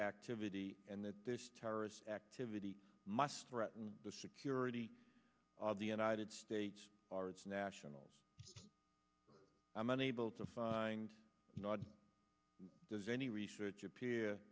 activity and that this terrorist activity must threaten the security of the united states or its nationals i am unable to find not does any research appear